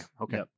okay